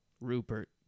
Rupert